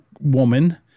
woman